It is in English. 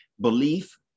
Belief